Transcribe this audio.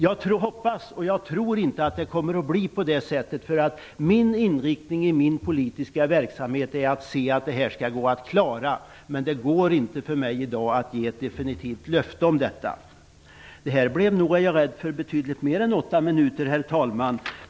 Jag hoppas inte - och jag tror inte heller - att det blir på det sättet. Min inriktning i min politiska verksamhet är att detta skall gå att klara, men jag kan i dag inte ge ett definitivt löfte. Nu har jag överskridit min talartid betydligt, herr talman.